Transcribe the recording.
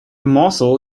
morsel